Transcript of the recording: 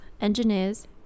engineers